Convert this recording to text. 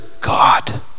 God